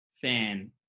fan